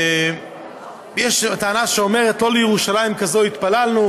יש טענה שאומרת, לא לירושלים כזאת התפללנו,